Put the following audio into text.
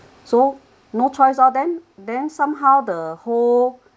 so no choice lor then then somehow the whole